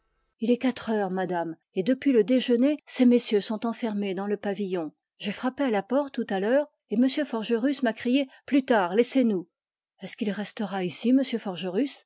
il est quatre heures madame et depuis le déjeuner ces messieurs sont enfermés dans le pavillon j'ai frappé à la porte tout à l'heure et m forgerus m'a crié plus tard laissez-nous est-ce qu'il restera ici m forgerus